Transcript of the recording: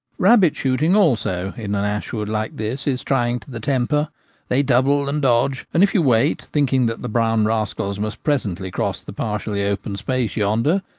rabbit-shooting, also, in an ash wood like this is trying to the temper they double and dodge, and if you wait, thinking that the brown rascals must presently cross the partially open space yonder,